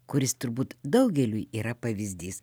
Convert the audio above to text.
kuris turbūt daugeliui yra pavyzdys